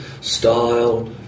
style